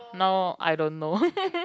now I don't know